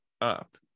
up